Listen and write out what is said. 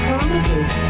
Promises